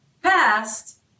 past